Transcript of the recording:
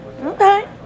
Okay